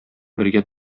бергә